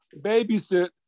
babysit